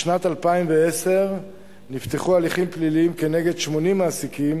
בשנת 2010 נפתחו הליכים פליליים כנגד 80 מעסיקים